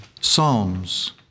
Psalms